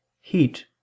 heat